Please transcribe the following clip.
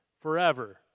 forever